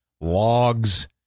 logs